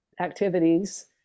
activities